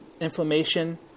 inflammation